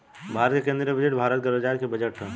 भारत के केंदीय बजट भारत गणराज्य के बजट ह